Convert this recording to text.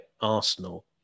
Arsenal